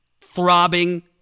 throbbing